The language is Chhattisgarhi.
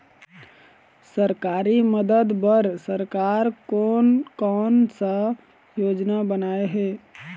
सरकारी मदद बर सरकार कोन कौन सा योजना बनाए हे?